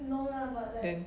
then